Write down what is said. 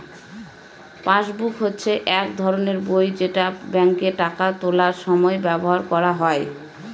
passbook হচ্ছে এক ধরনের বই যেটা ব্যাঙ্কে টাকা তোলার সময় ব্যবহার করা হয়